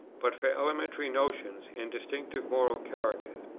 but for elementary notions and distinctive moral characters.